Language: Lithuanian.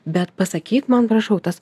bet pasakyk man prašau tas